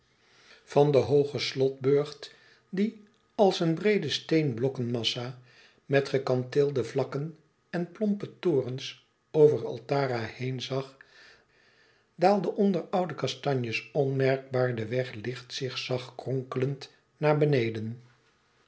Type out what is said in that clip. van den hoogen slotburcht die als een breede steenblokkenmassa met gekanteelde vlakken en plompe torens over altara heen zag daalde onder oude kastanjes onmerkbaar de weg licht zigzagkronkelend naar beneden